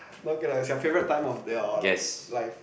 is your favorite time of your life